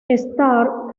starr